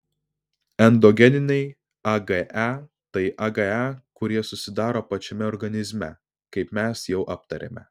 endogeniniai age tai age kurie susidaro pačiame organizme kaip mes jau aptarėme